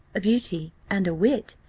a beauty, and a wit,